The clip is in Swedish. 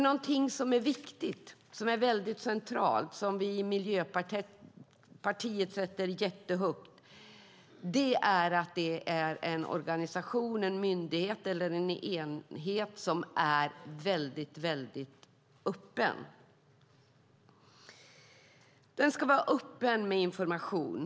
Någonting som är viktigt, väldigt centralt och som vi i Miljöpartiet sätter jättehögt är att det är en organisation, myndighet eller enhet som är väldigt öppen. Den ska vara öppen med information.